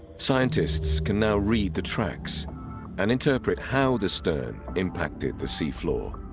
scientists can now read the tracks and interpret how the stern impacted the seafloor